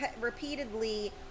repeatedly